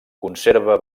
conserva